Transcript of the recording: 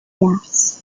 gas